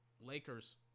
Lakers